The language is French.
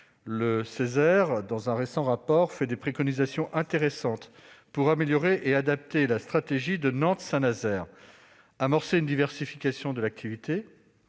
(Ceser), dans un récent rapport, a fait des préconisations intéressantes pour améliorer et adapter la stratégie de Nantes-Saint-Nazaire : amorcer une diversification de l'activité,